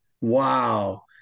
wow